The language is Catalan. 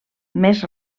més